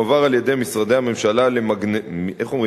מועבר על-ידי משרדי הממשלה למגנזות